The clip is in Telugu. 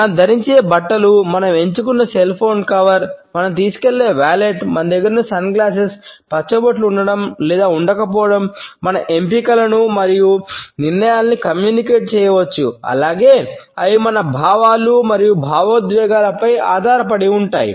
మనం ధరించే బట్టలు మనం ఎంచుకున్న సెల్ ఫోన్ కవర్ చేయవచ్చు అలాగే అవి మన భావాలు మరియు భావోద్వేగాలపై ఆధారపడి ఉంటాయి